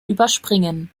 überspringen